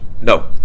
No